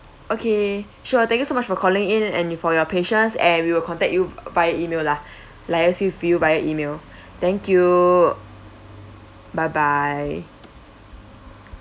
okay sure thank you so much for calling in and for your patience and we will contact you via email lah liaise with you via email thank you bye bye